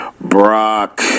Brock